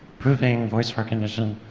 improving voice recognition.